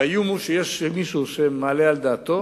האיום הוא שיש מישהו שמעלה על דעתו